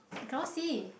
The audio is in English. I cannot see